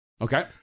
Okay